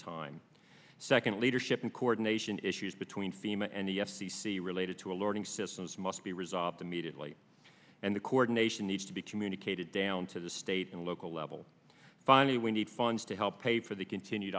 time second leadership and coordination issues between thema and the f c c related to a learning systems must be resolved immediately and the coordination needs to be communicated down to the state and local level finally we need funds to help pay for the continued